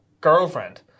girlfriend